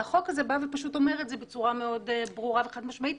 והחוק הזה בא ופשוט אומר את זה בצורה מאוד ברורה וחד משמעית,